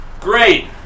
Great